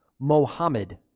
Mohammed